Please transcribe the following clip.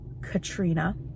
Katrina